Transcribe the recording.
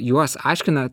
juos aškina